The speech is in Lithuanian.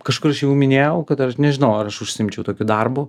kažkur aš jau minėjau kad aš nežinau ar aš užsiimčiau tokiu darbu